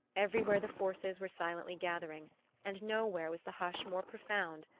everywhere the forces were silently gathering and nowhere was the hush more profound,